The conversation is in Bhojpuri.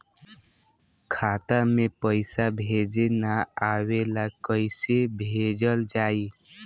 खाता में पईसा भेजे ना आवेला कईसे भेजल जाई?